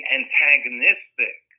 antagonistic